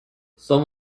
some